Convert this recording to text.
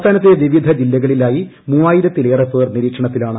സംസ്ഥാനത്തെ വിവിധ ജില്ലകളിലായി മൂവായിരത്തിലേറെ പേർ നിരീക്ഷണത്തിലാണ്